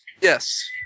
Yes